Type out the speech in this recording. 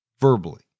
verbally